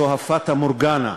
זו הפטה-מורגנה.